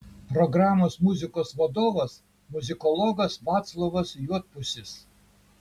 programos muzikos vadovas muzikologas vaclovas juodpusis